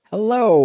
Hello